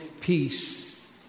peace